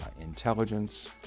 intelligence